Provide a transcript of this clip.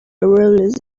rules